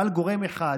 אבל גורם אחד",